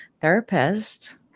therapist